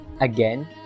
Again